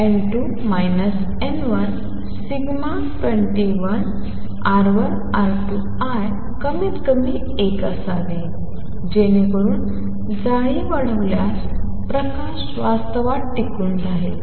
तर en2 n1σ2lR1R2I कमीतकमी I असावे जेणेकरून जाळी वाढवल्यास प्रकाश वास्तवात टिकून राहील